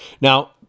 Now